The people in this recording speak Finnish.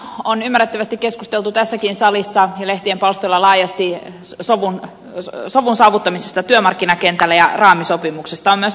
tänä syksynä on ym märrettävästi keskusteltu tässäkin salissa ja leh tien palstoilla laajasti sovun saavuttamisesta työmarkkinakentällä ja raamisopimuksesta